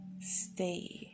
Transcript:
stay